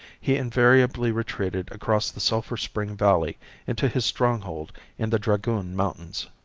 he invariably retreated across the sulphur spring valley into his stronghold in the dragoon mountains.